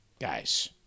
guys